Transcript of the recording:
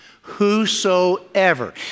Whosoever